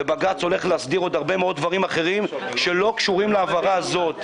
ובג"ץ הולך להסדיר עוד הרבה מאוד דברים אחרים שלא קשורים להעברה הזאת.